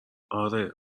آره